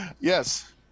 Yes